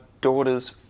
daughter's